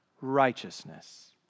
righteousness